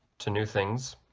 to new things